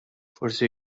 forsi